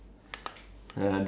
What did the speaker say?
ya but then now